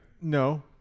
No